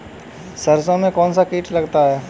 सरसों में कौनसा कीट लगता है?